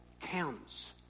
counts